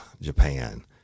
Japan